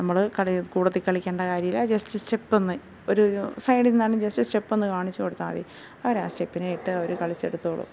നമ്മൾ കൂട്ടത്തിൽ കളിക്കേണ്ട കാര്യം ഇല്ല ജസ്റ്റ് സ്റ്റെപ്പ് ഒന്ന് ഒരു സൈഡിൽനിന്നാലും ജസ്റ്റ് സ്റ്റെപ്പ് ഒന്ന് കാണിച്ച് കൊടുത്താൽ മതി അവർ ആ സ്റ്റെപ്പിനെ ഇട്ട് അവർ കളിച്ചെടുത്തോളും